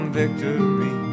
victory